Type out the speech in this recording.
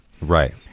right